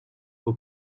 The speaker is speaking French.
aux